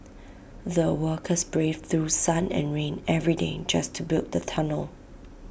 the workers braved through sun and rain every day just to build the tunnel